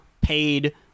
paid